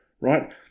right